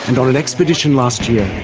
and an an expedition last year,